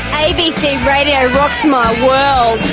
abc radio rocks my world!